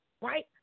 right